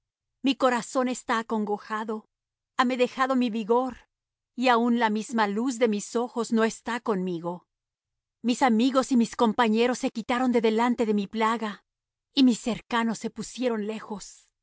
mi corazón está acongojado hame dejado mi vigor y aun la misma luz de mis ojos no está conmigo mis amigos y mis compañeros se quitaron de delante de mi plaga y mis cercanos se pusieron lejos